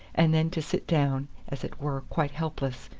and then to sit down, as it were, quite helpless,